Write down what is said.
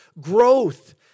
Growth